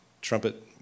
trumpet